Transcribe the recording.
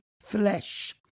flesh